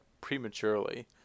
prematurely